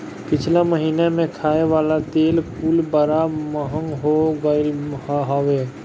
पिछला महिना में खाए वाला तेल कुल बड़ा महंग हो गईल रहल हवे